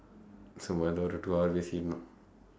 so one hour two hour with him